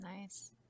nice